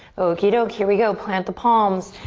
okie doke, here we go. plant the palms,